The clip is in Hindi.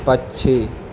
पक्षी